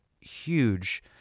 huge